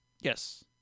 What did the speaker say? Yes